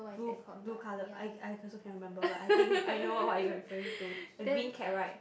blue blue color I I also cannot remember but I think I know what you are referring to a green cab right